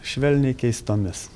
švelniai keistomis